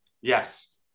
Yes